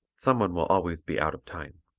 someone will always be out of time.